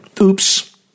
Oops